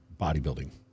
bodybuilding